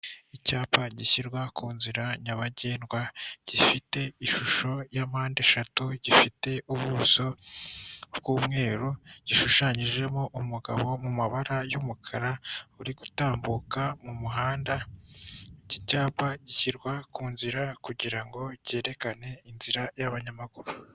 Icyapa gishyirwa ku nzira nyabagendwa gifite ishusho ya mpande eshatu gifite ubuso bw'umweru gishushanyijeho umugabo mu mabara y'umukara uri gutambuka mu muhanda, iki cyapa gishyirwa ku nzira kugirango cyerekane inzira y'banyamaguru.